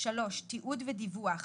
תיעוד ודיווח